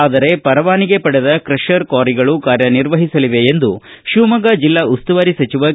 ಆದರೆ ಪರವಾನಿಗೆ ಪಡೆದ ಕ್ರಷರ್ ಕ್ವಾರಿಗಳು ಕಾರ್ಯ ನಿರ್ವಹಿಸಲಿವೆ ಎಂದು ಶಿವಮೊಗ್ಗ ಜೆಲ್ನಾ ಉಸ್ತುವಾರಿ ಸಚಿವ ಕೆ